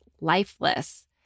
lifeless